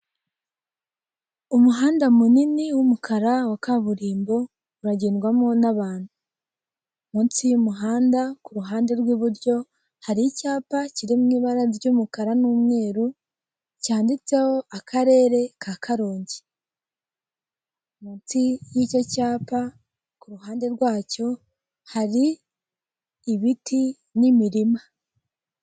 Umuhanda munini w'umukara wa kaburimbo, uragendwamo n'abantu. Munsi yumuhanda ku ruhande rw'iburyo hari icyapa kiri mu ibara ry'umukara n'umweru cyanditseho akarere ka karongi, munsi y'icyo cyapa kuruhande rwacyo hari ibiti n'imirima.